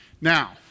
Now